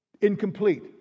incomplete